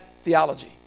theology